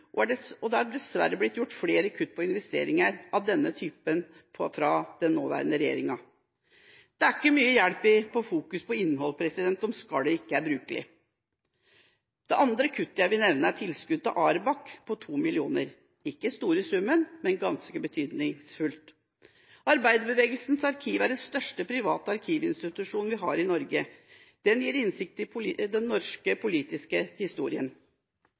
som skader kulturen, og det er dessverre gjort flere kutt i investeringer av denne typen fra den nåværende regjeringas side. Det er ikke mye hjelp i å fokusere på innholdet om skallet ikke er brukelig. Det andre kuttet jeg vil nevne, er tilskuddet til Arbeiderbevegelsens arkiv og bibliotek, Arbark, på 2 mill. kr – ikke store summen, med ganske betydningsfullt. Arbeiderbevegelsens arkiv er den største private arkivinstitusjon vi har i Norge. Den gir innsikt i den norske politiske historien.